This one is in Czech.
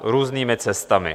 Různými cestami.